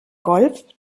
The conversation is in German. golf